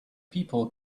people